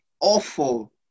awful